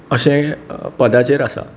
अशें पदाचेर आसा